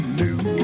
new